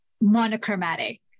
monochromatic